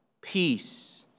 peace